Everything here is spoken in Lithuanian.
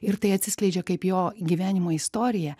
ir tai atsiskleidžia kaip jo gyvenimo istorija